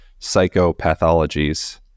psychopathologies